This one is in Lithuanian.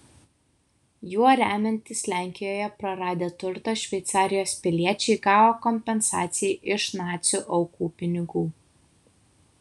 juo remiantis lenkijoje praradę turtą šveicarijos piliečiai gavo kompensaciją iš nacių aukų pinigų